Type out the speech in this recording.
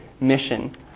mission